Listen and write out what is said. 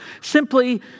simply